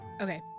Okay